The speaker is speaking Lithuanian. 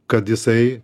kad jisai